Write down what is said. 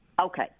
Okay